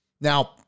Now